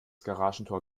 garagentor